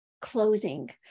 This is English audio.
closing